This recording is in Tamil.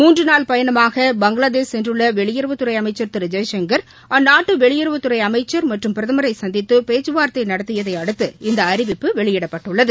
மூன்று நாள் பயணமாக பங்ளாதேஷ் சென்றுள்ள வெளியுறவுத்துறை அமைச்சா் திரு ஜெய்சங்கா் அந்நாட்டு வெளியுறவுத்துறை அமைச்சர் மற்றும் பிரதமரை சந்தத்து பேச்சுவார்தை நடத்தியதை அடுத்து இந்த அறிவிப்பு வெளியிடப்பட்டுள்ளது